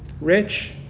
rich